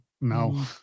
No